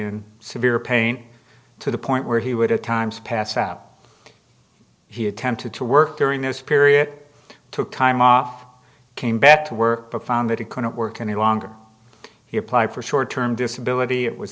in severe pain to the point where he would at times pass out he attempted to work during this period took time off came back to work but found that it could not work any longer he applied for short term disability it was